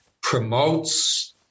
promotes